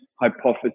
hypothesis